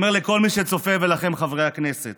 אומר לכל מי שצופה ולכם חברי הכנסת: